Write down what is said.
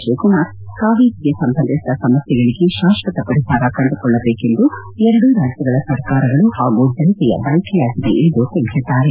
ತಿವಕುಮಾರ್ ಕಾವೇರಿಗೆ ಸಂಬಂಧಿಸಿದ ಸಮಸ್ಥೆಗಳಿಗೆ ತಾಶ್ವತ ಪರಿಹಾರ ಕಂಡುಕೊಳ್ಳಬೇಕೆಂದು ಎರಡೂ ರಾಜ್ಯಗಳ ಸರ್ಕಾರಗಳು ಹಾಗೂ ಜನತೆಯ ಬಯಕೆಯಾಗಿದೆ ಎಂದು ತಿಳಿಸಿದ್ದಾರೆ